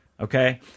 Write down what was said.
Okay